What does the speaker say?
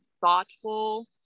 thoughtful